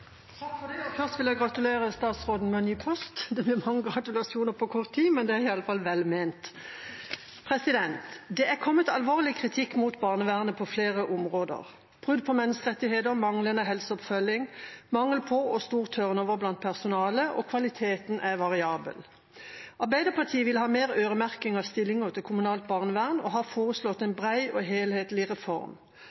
ny post. Det blir mange gratulasjoner på kort tid, men det er iallfall vel ment. «Det er kommet alvorlig kritikk mot barnevernet på flere områder: brudd på menneskerettigheter, manglende helseoppfølging, mangel på og stor turnover blant personale, og kvaliteten er variabel. Arbeiderpartiet vil ha mer øremerking av stillinger til kommunalt barnevern og har foreslått en